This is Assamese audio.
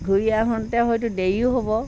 ঘূৰি আহোঁতে হয়তো দেৰিও হ'ব